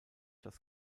das